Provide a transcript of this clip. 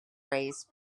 race